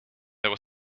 there